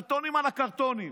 קרטונים על הקרטונים.